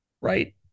Right